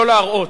לא להראות.